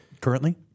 currently